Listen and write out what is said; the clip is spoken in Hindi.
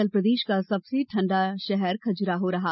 कल प्रदेश का सबसे ठंडा शहर खज़ुराहो रहा